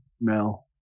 Mel